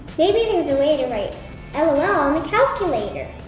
maybe there's a way to write and lol ah on the calculator!